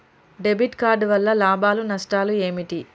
Debit card వల్ల లాభాలు నష్టాలు ఏమిటి?